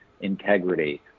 integrity